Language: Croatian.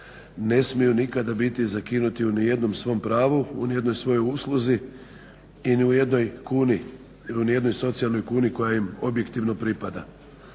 ne smiju nikada biti zakinuti u nijednom svom pravu, u nijednoj svojoj usluzi i u nijednoj kuni, u nijednoj socijalnoj kuni koja im objektivno pripada.